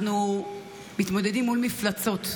אנחנו מתמודדים מול מפלצות,